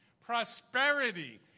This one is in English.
prosperity